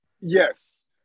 Yes